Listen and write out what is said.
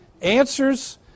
answers